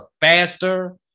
faster